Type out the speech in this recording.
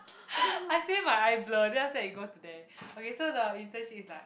I say my eye blur then after that it go to there okay so the internship is like